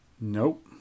Nope